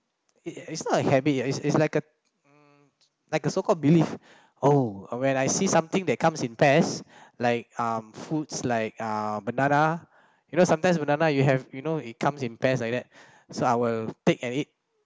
it is not a habit ya it's it's like a like a so-called belief oh when I see something that comes in pairs like um foods like uh banana you know sometimes banana you have you know it comes in pairs like that so I'll take and eat